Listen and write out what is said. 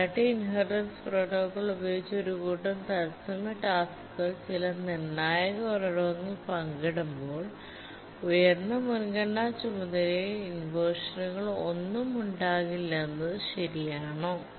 priority inheritance protocol ഉപയോഗിച്ച് ഒരു കൂട്ടം തത്സമയ ടാസ്ക്കുകൾ ചില നിർണായക ഉറവിടങ്ങൾ പങ്കിടുമ്പോൾ ഉയർന്ന മുൻഗണനാ ചുമതലയിൽ ഇൻവെർഷനുകൾ ഒന്നും ഉണ്ടാകില്ലെന്നത് ശരിയാണോ